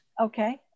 okay